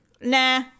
Nah